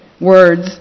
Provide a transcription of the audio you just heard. words